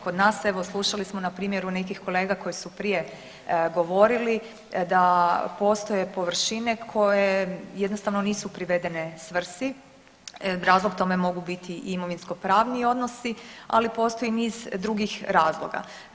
Kod nas evo slušali smo na primjeru nekih kolega koji su prije govorili da postoje površine koje jednostavno nisu privedene svrsi, razlog tome mogu biti imovinskopravni odnosi, ali postoji niz drugih razloga.